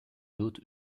wird